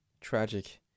Tragic